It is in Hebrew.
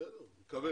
בסדר, נקווה.